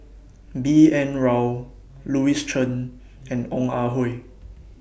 B N Rao Louis Chen and Ong Ah Hoi